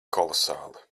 kolosāli